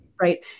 right